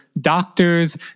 doctors